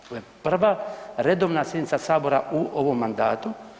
Ovo je prva redovna sjednica sabora u ovom mandatu.